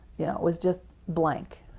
yeah was just blank.